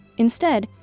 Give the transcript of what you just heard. instead,